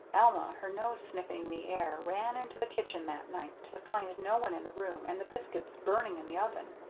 alma, her nose sniffing the air, ran into the kitchen that night to find no one in the room, and the biscuits burning in the oven.